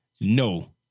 No